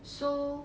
so